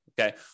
Okay